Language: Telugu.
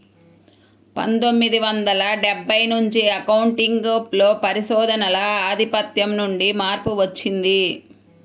పందొమ్మిది వందల డెబ్బై నుంచి అకౌంటింగ్ లో పరిశోధనల ఆధిపత్యం నుండి మార్పు వచ్చింది